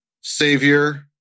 savior